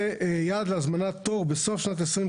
ויעד להזמנת תור בסוף שנת 2023 ,